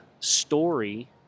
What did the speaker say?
story